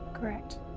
Correct